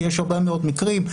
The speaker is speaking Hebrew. יש הרבה מאוד מקרים.